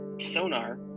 sonar